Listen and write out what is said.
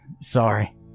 sorry